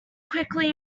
quickly